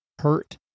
hurt